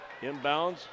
Inbounds